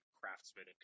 craftsmen